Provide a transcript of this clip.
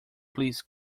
please